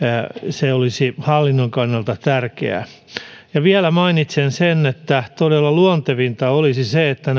se olisi hallinnon kannalta tärkeää vielä mainitsen sen että todella luontevinta olisi se että